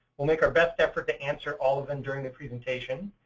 we'll make our best effort to answer all of them during the presentation.